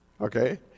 Okay